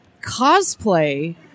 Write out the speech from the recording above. cosplay